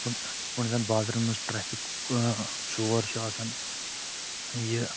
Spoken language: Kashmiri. یتھ پٲٹھۍ یِتھ پٲٹھۍ زَن بازرن منٛز ٹریٚفِک شور چھُ آسان یہِ